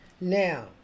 Now